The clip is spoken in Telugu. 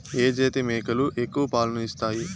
ఏ జాతి మేకలు ఎక్కువ పాలను ఇస్తాయి?